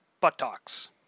buttocks